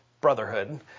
brotherhood